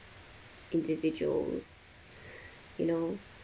individuals you know